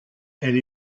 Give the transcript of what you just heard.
elle